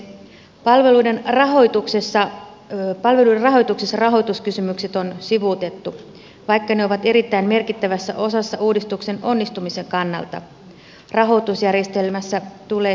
palveluiden rahoituskysymykset on sivuutettu vaikka ne ovat erittäin merkittävässä osassa uudistuksen onnistumisen kannalta